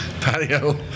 patio